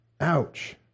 Ouch